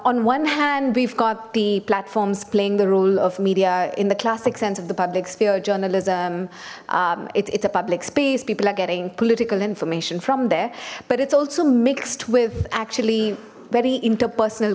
on one hand we've got the platforms playing the role of media in the classic sense of the public sphere journalism it's a public space people are getting political information from there but it's also mixed with actually very interpersonal